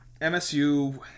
MSU